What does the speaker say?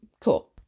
Cool